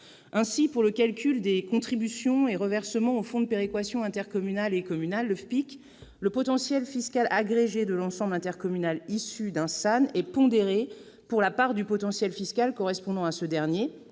Ainsi, pour le calcul des contributions et reversements au Fonds national de péréquation des ressources intercommunales et communales, le FPIC, le potentiel fiscal agrégé de l'ensemble intercommunal issu d'un SAN est pondéré pour la part du potentiel fiscal correspondant à ce dernier,